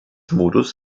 modus